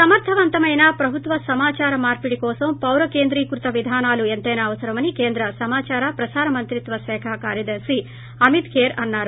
సమర్గవంతమైన ప్రభుత్వ సమాచార మార్చిడి కోసం పౌర కేంద్రీకృత విధానాలు ఎంతైనా అవసరమని కేంద్ర సమాచార ప్రసార మంత్రిత్వ శాఖ కార్యదర్తి అమిత్ ఖేర్ అన్నారు